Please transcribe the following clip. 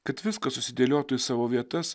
kad viskas susidėliotų į savo vietas